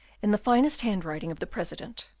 in the finest handwriting of the president.